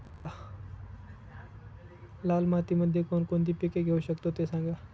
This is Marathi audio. लाल मातीमध्ये कोणकोणती पिके घेऊ शकतो, ते सांगा